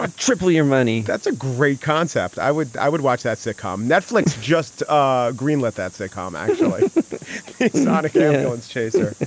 ah triple your money. that's a great concept. i would i would watch that sitcom. netflix just ah greenlit that sitcom. it's not a coincidence chaser